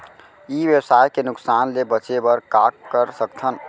ई व्यवसाय के नुक़सान ले बचे बर का कर सकथन?